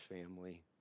family